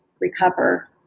recover